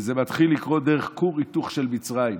וזה מתחיל לקרות דרך כור היתוך של מצרים,